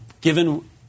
given